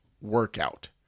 workout